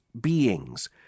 beings